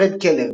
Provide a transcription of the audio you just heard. פרד קלר,